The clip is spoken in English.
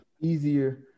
Easier